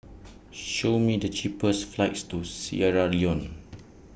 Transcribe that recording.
Show Me The cheapest flights to Sierra Leone